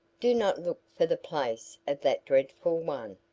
do not look for the place of that dreadful one.